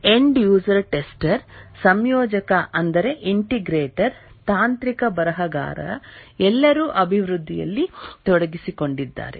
end user tester ಸಂಯೋಜಕ ಅಂದರೆ integrator ತಾಂತ್ರಿಕ ಬರಹಗಾರ ಎಲ್ಲರೂ ಅಭಿವೃದ್ಧಿಯಲ್ಲಿ ತೊಡಗಿಸಿಕೊಂಡಿದ್ದಾರೆ